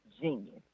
genius